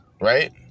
Right